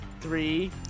three